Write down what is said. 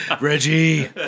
Reggie